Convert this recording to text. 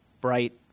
bright